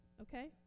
Okay